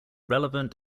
relevant